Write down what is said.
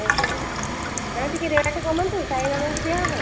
ଶହେ କୋଡ଼ିଏ ଟଙ୍କା ନାଇଁ ଟିକେ ରେଟ କମାନ୍ତୁ ସାଇବାବାଙ୍କୁ ଦିଆ ହେବ